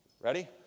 Ready